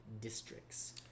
districts